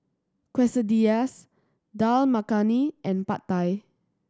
Quesadillas Dal Makhani and Pad Thai